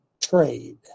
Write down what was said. trade